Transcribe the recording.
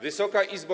Wysoka Izbo!